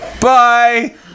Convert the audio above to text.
Bye